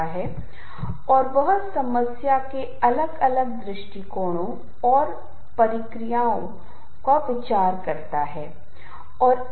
जब आप कुछ सुनते हैं तो आप आमतौर पर खुद से आवाज नहीं करने के बारे में सोच रहे होते हैं लेकिन आप आमतौर पर अपनी आँखें बंद कर रहे हैं और स्रोत की पहचान करने की कोशिश कर रहे हैं